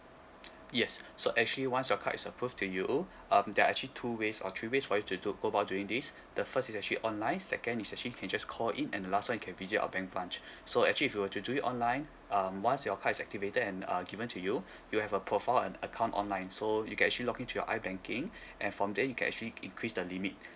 yes so actually once your card is uh post to you um there are actually two ways or three ways for you to to go about doing this the first is actually online second is actually you can just call in and last one you can visit our bank branch so actually if you were to do it online um once your card is activated and ah given to you you have a profile and account online so you can actually log in to your ibanking and from there you can actually increase the limit